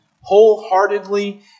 wholeheartedly